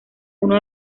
uno